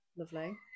lovely